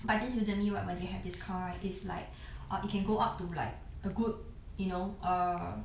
but this udemy right when they have discount right is like uh it can go up to like a good you know err